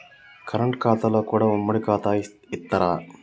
Current ఖాతాలో కూడా ఉమ్మడి ఖాతా ఇత్తరా?